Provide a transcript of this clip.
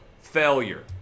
failure